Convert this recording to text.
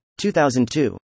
2002